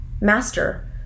Master